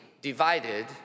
divided